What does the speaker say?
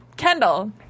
Kendall